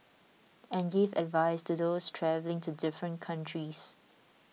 and give advice to those travelling to different countries